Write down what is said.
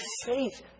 faith